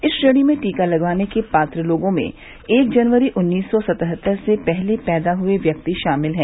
इस श्रेणी में टीका लगवाने के पात्र लोगों में एक जनवरी उन्नीस सौ सतहत्तर से पहले पैदा हुए व्यक्ति शामिल हैं